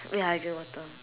wait ah I drink water